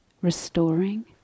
restoring